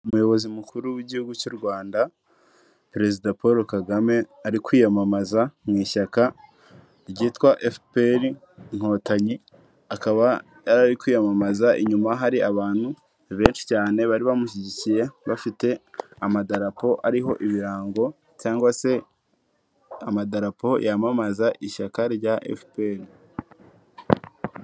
Umuyobozi mukuru w'igihugu cy'u Rwanda, perezida Paul KAGAME ari kwiyamamaza mu ishyaka ryitwa FPR Inkotanyi, akaba yari ari kwiyamamaza inyuma hari abantu benshi cyane bari bamushyigikiye, bafite amadarapo ariho ibirango cyangwa se amadarapo yamamaza ishyaka rya FPR.